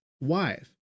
wife